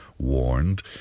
warned